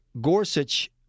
Gorsuch